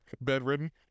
Bedridden